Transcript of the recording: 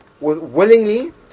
willingly